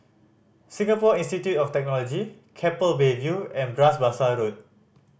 Singapore Institute of Technology Keppel Bay View and Bras Basah Road